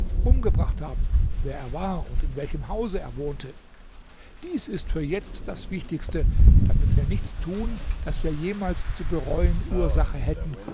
umgebracht haben wer er war und in welchem hause er wohnte dies ist für jetzt das wichtigste damit wir nichts tun das wir jemals zu bereuen ursache hätten